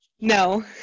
No